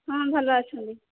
ହଁ ଭଲ ଅଛନ୍ତି